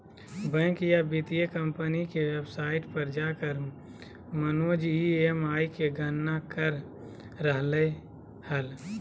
bank या वित्तीय company के वेबसाइट पर जाकर मनोज ई.एम.आई के गणना कर रहलय हल